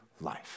life